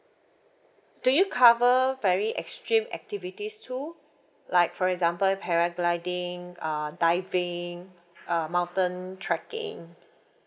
do you cover very extreme activities too like for example paragliding uh diving uh mountain trekking